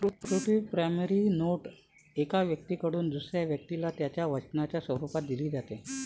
security promissory note एका व्यक्तीकडून दुसऱ्या व्यक्तीला त्याच्या वचनाच्या स्वरूपात दिली जाते